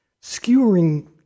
skewering